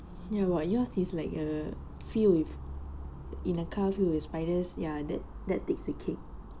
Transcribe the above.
you ah yours is like a fill with in a car filled with spiders ya that that takes the cake